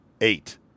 eight